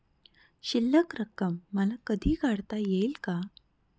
शिल्लक रक्कम मला कधी काढता येईल का?